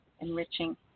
enriching